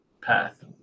path